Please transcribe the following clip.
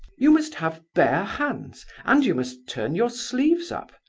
you must have bare hands, and you must turn your sleeves up.